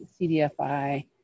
CDFI